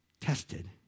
Tested